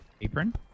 apron